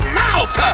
mouth